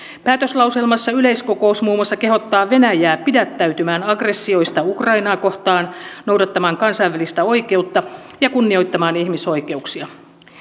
päätöslauselmassa yleiskokous muun muassa kehottaa venäjää pidättäytymään aggressioista ukrainaa kohtaan noudattamaan kansainvälistä oikeutta ja kunnioittamaan ihmisoikeuksia